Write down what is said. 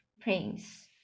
prince